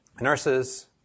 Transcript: nurses